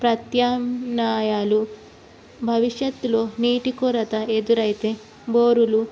ప్రత్యామ్నాయాలు భవిష్యత్తులో నీటి కొరత ఎదురైతే బోరులు